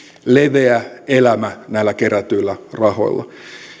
leveä elämä näillä kerätyillä rahoilla